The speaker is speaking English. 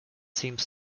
seems